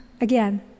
Again